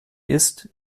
isst